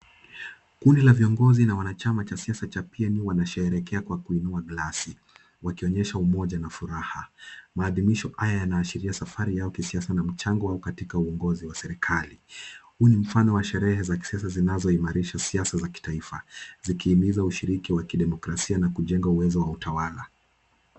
Kundi la viongozi na wanachama cha siasa cha PNU wanasherehekea kwa kuinua glasi. Wakionyesha umoja na furaha. Maadhimisho haya yanaashiria safari yao kisiasa na mchango wao katika uongozi wa serikali. Huu ni mfano wa sherehe za kisiasa zinazoimarisha siasa za kitaifa, zikiimiza ushiriki wa kidemokrasia na kujenga uwezo wa utawala.